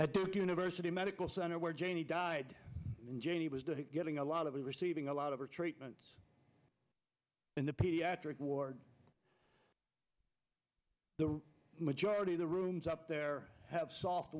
at duke university medical center where janie died getting a lot of receiving a lot of her treatments in the pediatric ward the majority of the rooms up there have soft